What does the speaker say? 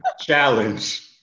Challenge